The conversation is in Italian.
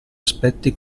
aspetti